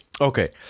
Okay